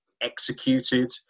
executed